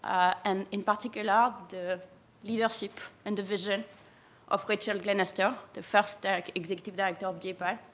and in particular, the leadership and vision of rachel glennerster, the first ah like executive director of j-pal,